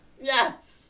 Yes